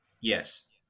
Yes